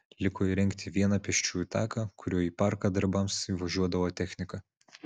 liko įrengti vieną pėsčiųjų taką kuriuo į parką darbams įvažiuodavo technika